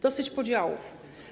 Dosyć podziałów.